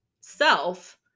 self